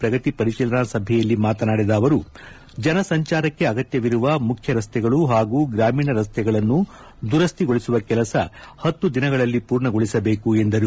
ಪ್ರಗತಿ ಪರಿಶೀಲನಾ ಸಭೆಯಲ್ಲಿ ಮಾತನಾಡಿದ ಅವರು ಜನಸಂಚಾರಕ್ಕೆ ಅಗತ್ತವಿರುವ ಮುಖ್ಯ ರಸ್ತೆಗಳು ಹಾಗೂ ಗ್ರಾಮೀಣ ರಸ್ತೆಗಳನ್ನು ದುರಸ್ತಿಗೊಳಿಸುವ ಕೆಲಸ ಹತ್ತು ದಿನಗಳಲ್ಲಿ ಪೂರ್ಣಗೊಳಿಸಬೇಕು ಎಂದರು